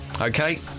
Okay